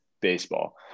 baseball